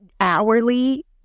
Hourly